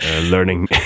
learning